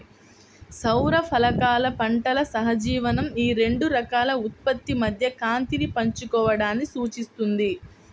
సౌర ఫలకాలు పంటల సహజీవనం ఈ రెండు రకాల ఉత్పత్తి మధ్య కాంతిని పంచుకోవడాన్ని సూచిస్తుంది